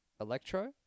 Electro